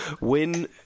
win